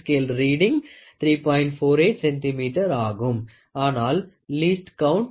48 centimetre ஆகும் ஆனால் least count 0